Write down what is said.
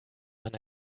mann